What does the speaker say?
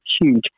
huge